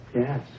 Yes